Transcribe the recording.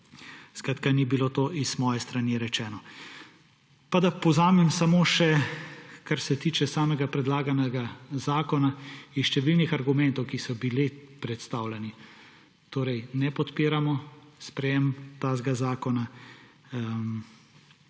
Skratka, ni bilo to z moje strani rečeno. Pa da povzamem samo še, kar se tiče samega predlaganega zakona in številnih argumentov, ki so bili predstavljeni. Torej ne podpiramo sprejema takega zakona